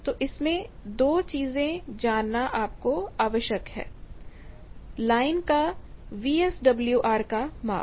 तो दो चीजें जो आपको जानना आवश्यक है लाइन का वीएसडब्ल्यूआर का माप